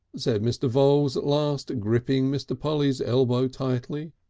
said mr. voules at last, gripping mr. polly's elbow tightly,